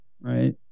right